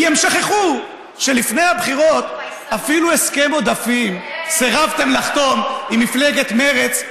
כי הם שכחו שלפני הבחירות אפילו הסכם עודפים סירבתם לחתום עם מפלגת מרצ,